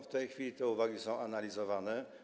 W tej chwili te uwagi są analizowane.